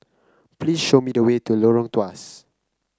please show me the way to Lorong Tawas